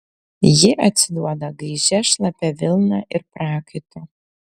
ji atsiduoda gaižia šlapia vilna ir prakaitu